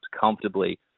comfortably